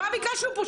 מה ביקשנו פה?